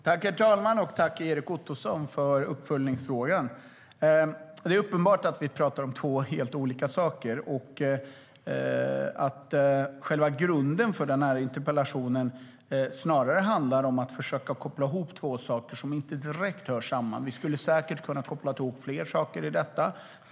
Herr talman! Tack, Erik Ottoson, för uppföljningsfrågan! Det är uppenbart att vi pratar om två helt olika saker och att själva grunden för den här interpellationen snarare handlar om att försöka koppla ihop två saker som inte direkt hör samman. Vi skulle säkert ha kunnat koppla ihop fler saker.